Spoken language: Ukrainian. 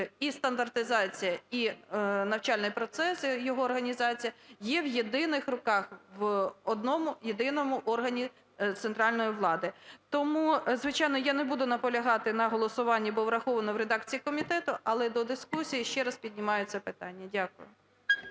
і стандартизація, і навчальний процес, його організація є в єдиних руках, в одному-єдиному органі центральної влади. Тому, звичайно, я не буду наполягати на голосуванні, бо враховано в редакції комітету, але до дискусії ще раз піднімаю це питання. Дякую.